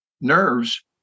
nerves